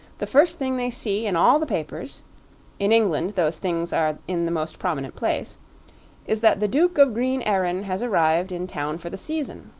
the first thing they see in all the papers in england those things are in the most prominent place is that the duke of green-erin has arrived in town for the season.